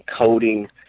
coding